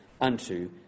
unto